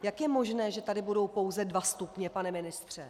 Jak je možné, že tady budou pouze dva stupně, pane ministře?